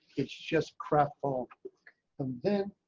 it's just craft foam and then